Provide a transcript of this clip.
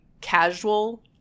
casual